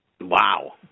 Wow